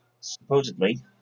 supposedly